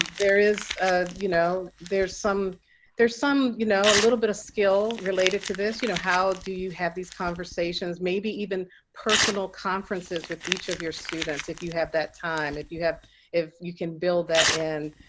there is ah you know, there's some there's, you know, a little bit of skill related to this. you know, how do you have these conversations? maybe even personal conferences with each of your students if you have that time, if you have if you can build that in.